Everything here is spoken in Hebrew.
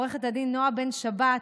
עו"ד נועה בן שבת,